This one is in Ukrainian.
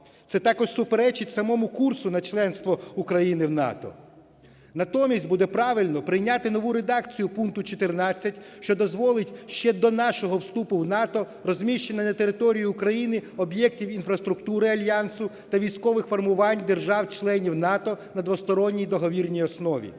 Це також суперечить самому курсу на членство України в НАТО. Натомість буде правильно прийняти нову редакцію пункту 14, що дозволить ще до нашого вступу в НАТО розміщення на території України об'єктів інфраструктури альянсу та військових формувань держав-членів НАТО на двосторонній договірній основі.